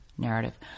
narrative